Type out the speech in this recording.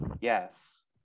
Yes